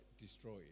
destroyed